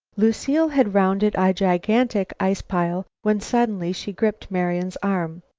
lucile had rounded a gigantic ice-pile when suddenly she gripped marian's arm.